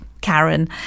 Karen